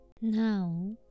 now